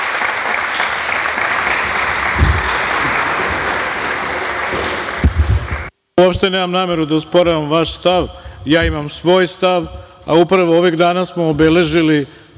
Uopšte nemam nameru da osporavam vaš stav. Ja imam svoj stav, a upravo ovih dana smo obeležili